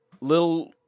little